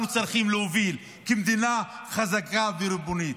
אנחנו צריכים להוביל כמדינה חזקה וריבונית.